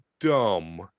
dumb